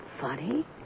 funny